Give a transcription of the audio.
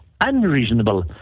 unreasonable